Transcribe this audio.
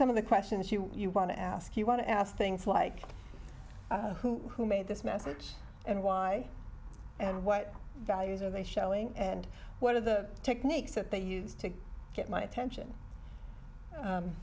some of the questions you want to ask you want to ask things like who who made this message and why and what values are they showing and what are the techniques that they use to get my attention